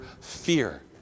fear